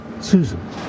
Susan